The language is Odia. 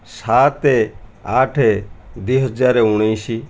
ସାତ ଆଠ ଦୁଇ ହଜାର ଉଣେଇଶ